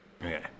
Okay